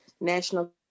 National